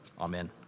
Amen